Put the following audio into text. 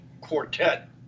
Quartet